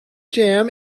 jam